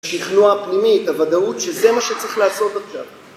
השכנוע הפנימי, הוודאות שזה מה שצריך לעשות עכשיו.